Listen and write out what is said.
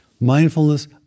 Mindfulness